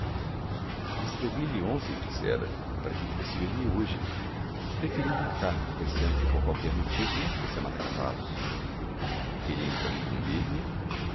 escrevi-lhe ontem disse ela para que fosse ver-me hoje preferi vir cá receando que por qualquer motivo não fosse a mata cavalos queria então incumbir me